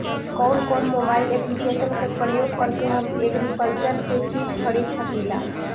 कउन कउन mobile application का प्रयोग करके हम एग्रीकल्चर के चिज खरीद सकिला?